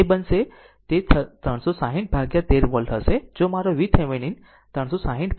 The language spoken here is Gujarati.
તે બનશે તે 360 ભાગ્યા 13 વોલ્ટ હશે જે મારો VThevenin 360 ભાગ્યા 13 વોલ્ટ છે